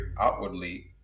outwardly